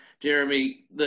Jeremy